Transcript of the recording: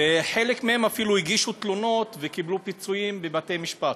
וחלק מהם אפילו הגישו תלונות וקיבלו פיצויים בבתי-משפט.